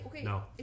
No